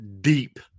deep